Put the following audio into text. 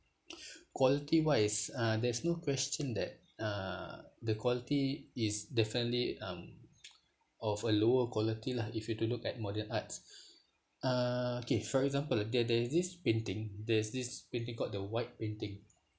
quality wise uh there's no question that uh the quality is definitely um of a lower quality lah if you were to look at modern arts uh okay for example there there is this painting there's this printing called the white painting